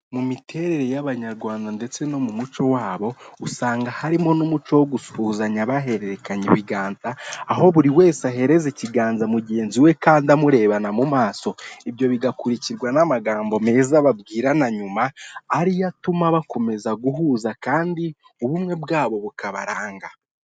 Mu miterere y'abanyarwanda ndetse no mu muco wabo usanga harimo n'umuco wo gusuhuzanya bahererekanya ibiganza aho buri wese ahereza ikiganza mugenzi we kandi amurebana mu maso ibyo bigakurikirwa n'amagambo meza babwirana nyuma ariyo atuma bakomeza guhuza kandi ubumwe bwabo bukabaranga.